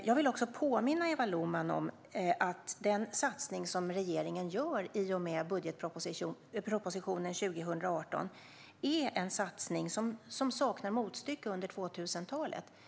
Jag vill påminna Eva Lohman om att den satsning som regeringen gör i och med budgetpropositionen 2018 är en satsning som saknar motstycke under 2000-talet.